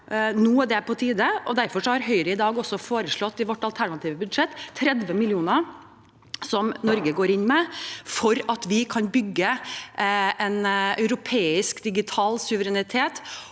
Nå er det på tide, og derfor har Høyre i dag også foreslått i vårt alternative budsjett 30 mill. kr som Norge går inn med for at vi kan bygge en europeisk digital suverenitet,